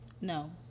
No